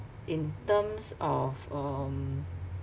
in terms of um